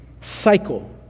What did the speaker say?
cycle